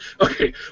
Okay